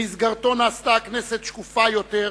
שבמסגרתו נעשתה הכנסת שקופה יותר,